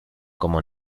como